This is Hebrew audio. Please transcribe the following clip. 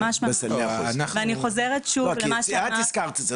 ממש לא ואני חוזרת שוב למה שאמרתי.